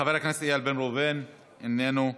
חבר הכנסת איל בן ראובן, איננו,